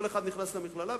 כל אחד נכנס למכללה,